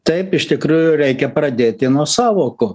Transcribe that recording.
taip iš tikrųjų reikia pradėti nuo sąvokų